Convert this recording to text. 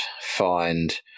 find